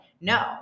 No